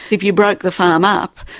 if you broke the farm up,